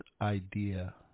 idea